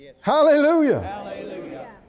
Hallelujah